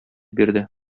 бирде